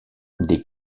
des